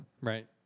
right